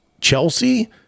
chelsea